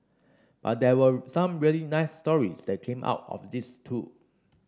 but there were some really nice stories that came out of this too